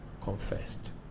confessed